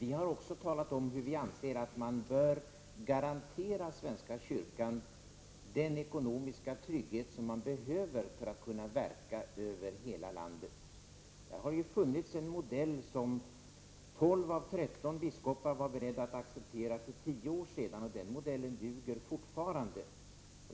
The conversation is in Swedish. Vi har också talat om hur vi anser att man bör garantera svenska kyrkan den ekonomiska trygghet som man där behöver för att kunna verka över hela landet. Det fanns för tio år sedan en modell som tolv av tretton biskopar var beredda att acceptera. Den modellen duger fortfarande.